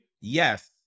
Yes